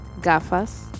Gafas